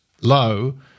low